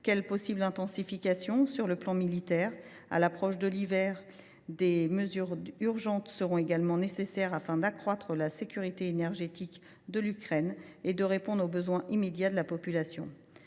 Quelle possible intensification militaire est elle envisagée ? À l’approche de l’hiver, des mesures urgentes seront également nécessaires afin d’accroître la sécurité énergétique de l’Ukraine et de répondre aux besoins immédiats de la population.